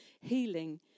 healing